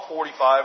45